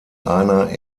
einer